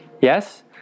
Yes